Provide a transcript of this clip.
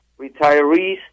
retirees